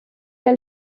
der